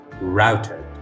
routed